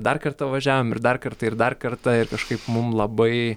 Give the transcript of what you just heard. dar kartą važiavom ir dar kartą ir dar kartą ir kažkaip mum labai